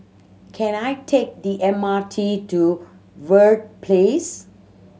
can I take the M R T to Verde Place